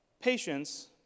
patience